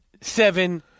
seven